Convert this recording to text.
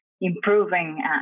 improving